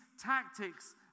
tactics